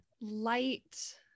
light